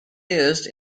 used